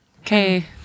okay